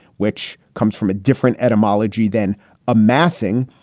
which comes from a different etymology than amassing,